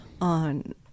On